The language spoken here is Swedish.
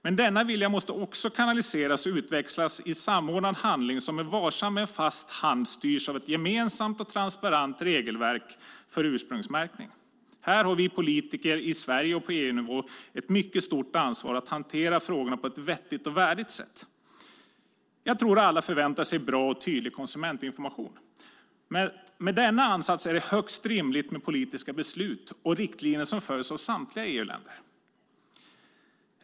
Men denna vilja måste också kanaliseras och utväxlas i samordnad handling som med varsam men fast hand styrs av ett gemensamt och transparent regelverk för ursprungsmärkning. Här har vi politiker i Sverige och på EU-nivå ett mycket stort ansvar att hantera frågorna på ett vettigt och värdigt sätt. Jag tror att alla förväntar sig bra och tydlig konsumentinformation. Med denna ansats är det högst rimligt med politiska beslut och riktlinjer som följs av samtliga EU-länder.